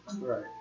Right